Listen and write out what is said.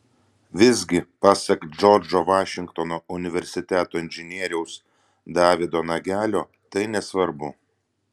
visgi pasak džordžo vašingtono universiteto inžinieriaus davido nagelio tai nesvarbu